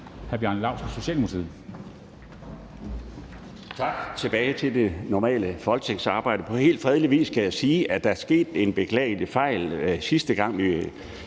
Bjarne Laustsen (S): Tak. Tilbage til det normale Folketingsarbejde. På helt fredelig vis kan jeg sige, at der er sket en beklagelig fejl, sidste gang